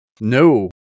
No